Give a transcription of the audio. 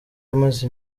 amaze